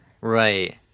Right